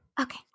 okay